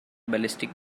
ballistic